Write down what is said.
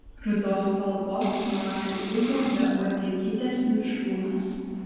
rudos spalvos mažo ūgio be uodegytės mišrūnas